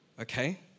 Okay